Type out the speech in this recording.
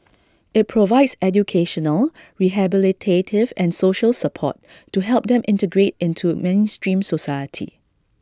IT provides educational rehabilitative and social support to help them integrate into mainstream society